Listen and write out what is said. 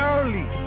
Early